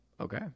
okay